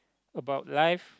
about life